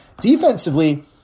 defensively